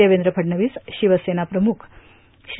देवेंद्र फडणवीस शिवसेना पक्षप्रमुख श्री